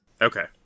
Okay